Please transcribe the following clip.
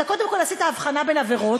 אתה קודם כול עשית הבחנה בין עבירות,